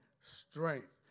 strength